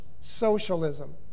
socialism